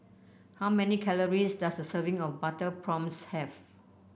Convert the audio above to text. how many calories does a serving of Butter Prawns have